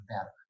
better